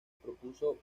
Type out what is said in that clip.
propuso